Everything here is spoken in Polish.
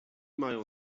mają